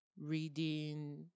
reading